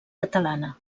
catalana